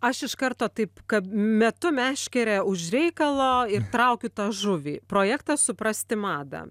aš iš karto taip kad metu meškerę už reikalo ir traukiu tą žuvį projektas suprasti madą